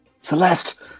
Celeste